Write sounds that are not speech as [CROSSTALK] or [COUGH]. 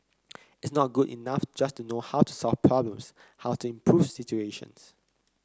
[NOISE] it's not good enough just to know how to solve [NOISE] problems how to [NOISE] improve situations